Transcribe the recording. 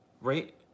Right